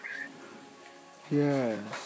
Yes